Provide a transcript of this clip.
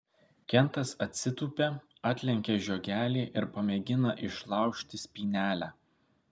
kentas atsitūpia atlenkia žiogelį ir pamėgina išlaužti spynelę